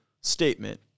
statement-